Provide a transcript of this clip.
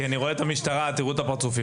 אני רואה את המשטרה, תראו את הפרצופים.